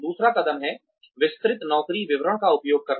दूसरा कदम है विस्तृत नौकरी विवरण का उपयोग करना